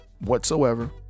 whatsoever